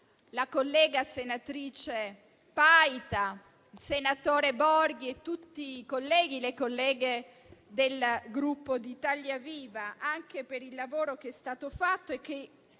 la senatrice Paita, il senatore Enrico Borghi e tutti i colleghi e le colleghe del Gruppo di Italia Viva anche per il lavoro che è stato fatto e i